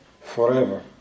forever